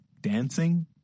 dancing